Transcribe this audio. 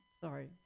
Sorry